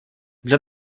для